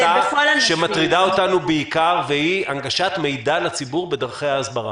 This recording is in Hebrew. שמטרידה אותנו בעיקר והיא הנגשת מידע לציבור בדרכי ההסברה.